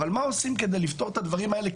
אבל מה עושים כדי לפתור את הדברים האלה?